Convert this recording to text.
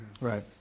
Right